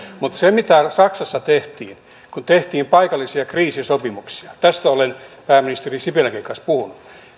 se mitä saksassa tehtiin kun tehtiin paikallisia kriisisopimuksia tästä olen pääministeri sipilänkin kanssa puhunut